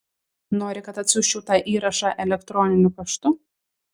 nori kad atsiųsčiau tą įrašą elektroniniu paštu